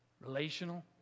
relational